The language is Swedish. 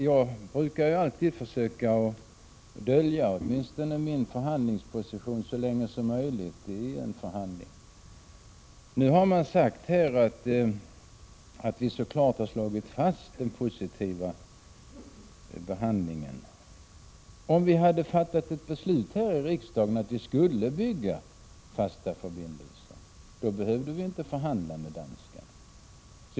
Jag brukar alltid försöka att åtminstone dölja min förhandlingsposition så länge som möjligt i en förhandling. Nu säger man här att vi klart har slagit fast den positiva inställningen. Om det hade fattats ett beslut här i riksdagen om att vi skulle bygga fasta förbindelser, så skulle vi inte behöva förhandla med danskarna.